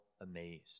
amazed